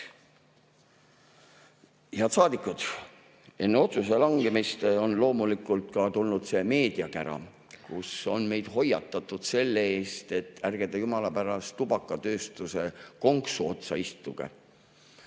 Head saadikud, enne otsuse langetamist. Loomulikult on tulnud meediakära, meid on hoiatatud selle eest, et ärge te jumala pärast tubakatööstuse konksu otsa istuge.